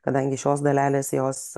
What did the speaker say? kadangi šios dalelės jos